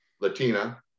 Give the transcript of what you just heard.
Latina